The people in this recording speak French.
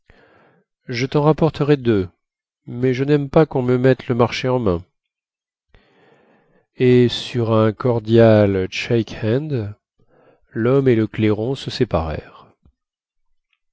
je ten rapporterai deux mais je naime pas quon me mette le marché en main et sur un cordial shake hand lhomme et le clairon se